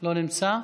לא נמצא.